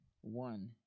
one